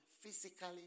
physically